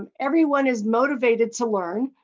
and everyone is motivated to learn,